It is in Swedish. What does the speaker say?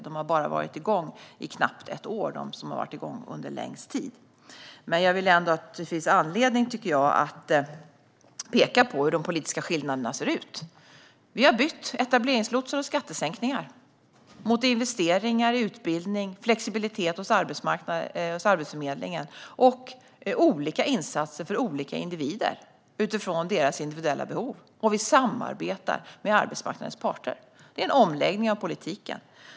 De som har varit igång längst har bara varit igång i knappt ett år. Jag tycker dock att det finns anledning att peka på hur de politiska skillnaderna ser ut. Vi har bytt etableringslotsar och skattesänkningar mot investeringar i utbildning, flexibilitet hos Arbetsförmedlingen och olika insatser för olika individer utifrån deras individuella behov. Vi samarbetar med arbetsmarknadens parter. Detta är en omläggning av politiken.